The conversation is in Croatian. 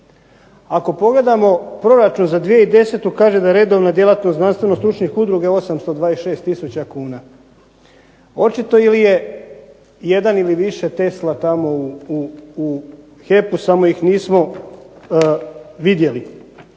Ako pogledamo proračun za 2010. kaže da redovno djelatno znanstveno stručnih udruga je 826 tisuća kuna. Očito ili je jedan ili više Tesla tamo u HEP-u samo ih nismo vidjeli